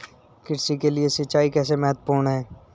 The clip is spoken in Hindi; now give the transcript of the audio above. कृषि के लिए सिंचाई कैसे महत्वपूर्ण है?